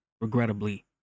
regrettably